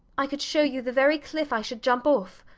i could show you the very cliff i should jump off.